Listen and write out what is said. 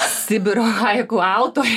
sibiro haiku autorė